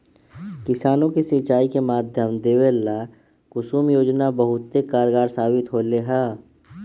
किसानों के सिंचाई के माध्यम देवे ला कुसुम योजना बहुत कारगार साबित होले है